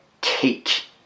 cake